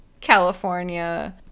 california